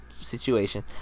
situation